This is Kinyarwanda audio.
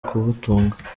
kubatunga